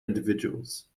individuals